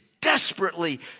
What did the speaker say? desperately